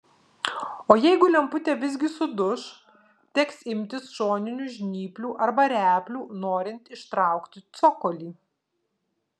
o jeigu lemputė visgi suduš teks imtis šoninių žnyplių arba replių norint ištraukti cokolį